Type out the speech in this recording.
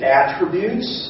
attributes